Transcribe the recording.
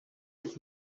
est